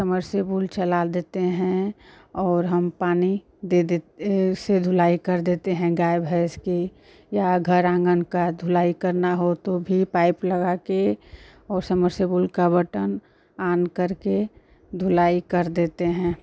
submersible चला देते हैं और हम पानी दे देते ऐसे ढुलाई कर देते हैं गाय भैंस कि या घर आँगन का ढुलाई करना हो तो भी पाइप लगा कर और समरसेबुल का बटन आन करके ढुलाई कर देते हैं